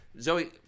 Zoe